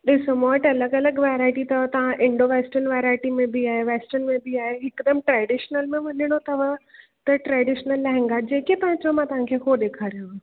ॾिसो मां वटि अलॻि अलॻि वैरायटी अथव तव्हां इंडो वैस्टर्न वैरायटी में बि आहे वैस्टर्न में बि आहे हिकदमि ट्रैडिशनल में वञिणो अथव त ट्रैडिशनल लहंगा जेके तव्हां चओ मां तव्हांखे हू ॾेखारिया